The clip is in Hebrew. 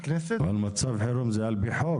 לכנסת --- אבל מצב חירום זה על פי חוק.